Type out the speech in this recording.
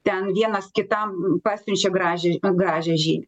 ten vienas kitam pasiunčia gražią gražią ži